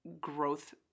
growth